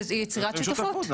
זה יצירת שותפות.